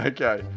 Okay